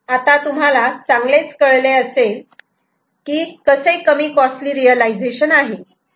आता तुम्हाला चांगले कळले असेल हे कसे कमी कॉस्टलि रियलायझेशन आहे